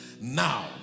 Now